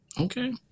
Okay